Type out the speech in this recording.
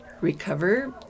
recover